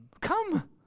Come